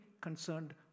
concerned